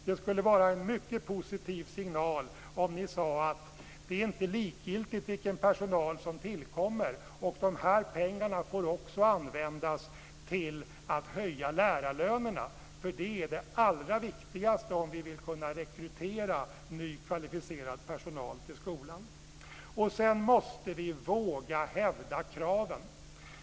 Det skulle vara en mycket positiv signal om ni sade: Det är inte likgiltigt vilken personal som tillkommer, och de här pengarna får också användas till att höja lärarlönerna. Det är det allra viktigaste om vi vill kunna rekrytera ny kvalificerad personal till skolan. Sedan måste vi våga hävda kraven.